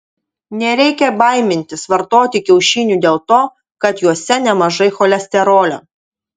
nereikia baimintis vartoti kiaušinių dėl to kad juose nemažai cholesterolio